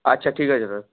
আচ্ছা ঠিক আছে দাদা